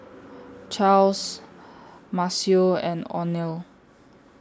Charles Maceo and Oneal